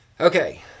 Okay